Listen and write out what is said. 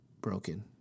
broken